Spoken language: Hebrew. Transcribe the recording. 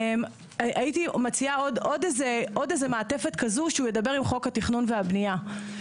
הייתי מציעה עוד איזה מעטפת כזו שהוא ידבר עם חוק התכנון והבנייה.